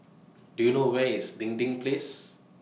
Do YOU know Where IS Dinding Place